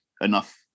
enough